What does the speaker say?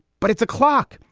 but it's a clock.